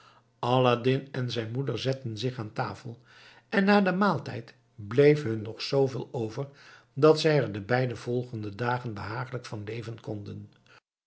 aladdin en zijn moeder zetten zich aan tafel en na den maaltijd bleef hun nog zooveel over dat zij er de beide volgende dagen behaaglijk van leven konden